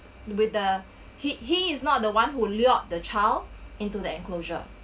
with the he he is not the one who lured the child into the enclosure